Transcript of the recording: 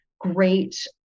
great